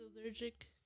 allergic